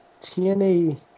TNA